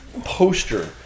poster